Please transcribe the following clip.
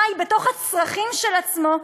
חי בתוך הצרכים של עצמו,